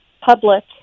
public